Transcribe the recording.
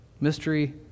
Mystery